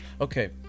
Okay